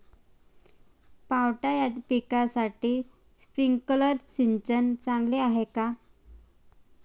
पावटा या पिकासाठी स्प्रिंकलर सिंचन चांगले आहे का?